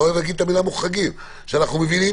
אני לא אוהב להגיד את המילה מוחרגים שאנחנו מבינים